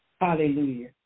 Hallelujah